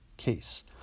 case